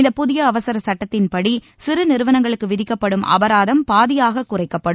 இந்த புதிய அவசரச் சுட்டத்தின்படி சிறு நிறுவனங்களுக்கு விதிக்கப்படும் அபராதம் பாதியாக குறைக்கப்படும்